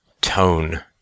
tone